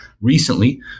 recently